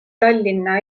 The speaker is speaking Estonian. tallinna